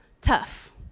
tough